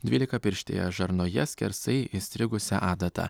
dvylikapirštėje žarnoje skersai įstrigusią adatą